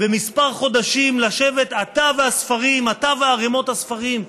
וכמה חודשים לשבת אתה והספרים, אתה וערמות הספרים,